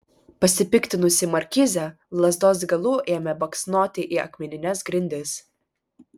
pasipiktinusi markizė lazdos galu ėmė baksnoti į akmenines grindis